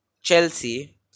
chelsea